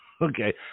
Okay